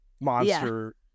monster